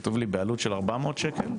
כתוב לי שבעלות של 400 שקלים,